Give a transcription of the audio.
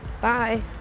Bye